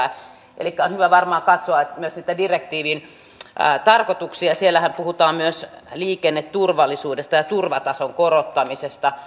on hyvä varmaan katsoa myös niitä direktiivin tarkoituksia siellähän puhutaan myös liikenneturvallisuudesta ja turvatason korottamisesta